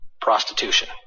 Prostitution